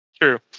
True